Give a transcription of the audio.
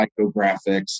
psychographics